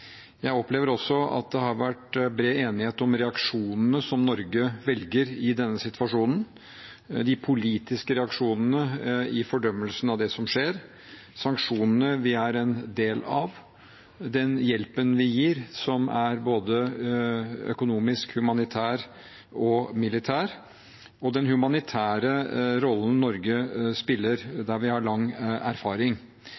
Jeg opplever også at det har vært bred enighet om reaksjonene som Norge velger i denne situasjonen, de politiske reaksjonene i fordømmelsen av det som skjer, sanksjonene vi er en del av, den hjelpen vi gir, som er både økonomisk, humanitær og militær, og den humanitære rollen Norge